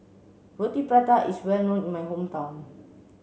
Roti Prata is well known in my hometown